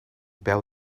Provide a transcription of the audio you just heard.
peu